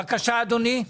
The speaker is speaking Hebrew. בבקשה אדוני.